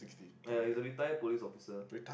like he is a retire police officer